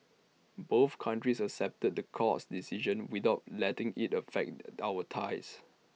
both countries accepted the court's decision without letting IT affect our ties